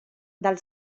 del